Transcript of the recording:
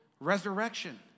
resurrection